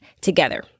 together